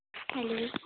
hello